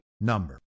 number